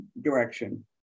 direction